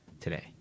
today